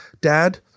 Dad